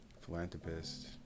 philanthropist